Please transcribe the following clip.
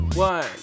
one